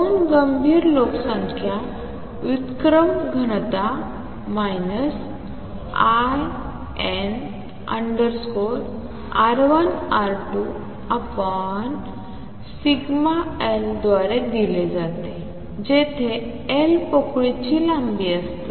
दोन गंभीर लोकसंख्या व्युत्क्रम घनता ln√σL द्वारे दिली जाते जेथे L पोकळीची लांबी असते